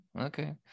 okay